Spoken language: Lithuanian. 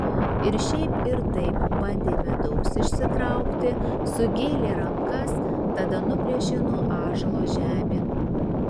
ir šiaip ir taip bandė medaus išsitraukti sugėlė rankas tada nuplėšė nuo ąžuolo žemėn